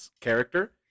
character